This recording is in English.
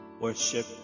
Worship